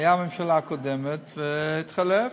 הייתה ממשלה קודמת והתחלפה,